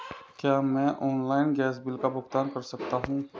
क्या मैं online gas bill का भुगतान कर सकता हूँ?